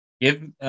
Give